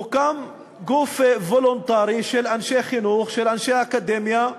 הוקם גוף וולונטרי של אנשי חינוך, של אנשי אקדמיה,